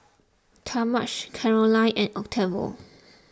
Talmadge Caroline and Octavio